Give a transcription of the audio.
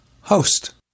host